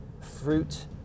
fruit